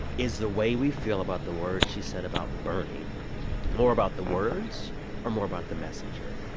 is the way we feel about the words she said about bernie more about the words or more about the messenger?